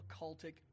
occultic